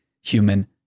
human